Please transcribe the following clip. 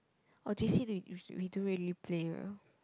oh J_C w~ we don't really play uh